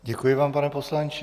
Děkuji vám, pane poslanče.